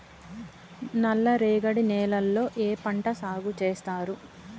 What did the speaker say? నల్లరేగడి నేలల్లో ఏ పంట సాగు చేస్తారు?